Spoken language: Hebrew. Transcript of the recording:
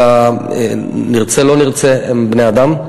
נרצה או לא נרצה, הם בני-אדם.